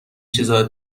چیزا